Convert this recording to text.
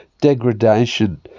degradation